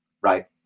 right